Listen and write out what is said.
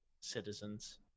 citizens